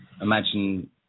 imagine